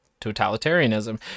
totalitarianism